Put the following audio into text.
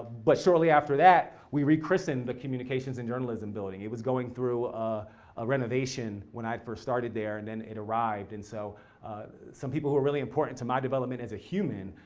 but shortly after that, we rechristened the communications and journalism building. it was going through a renovation when i first started there and then it arrived. and so some people who were really important to my development as a human,